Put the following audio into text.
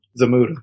Zamuda